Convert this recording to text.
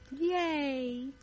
yay